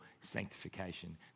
sanctification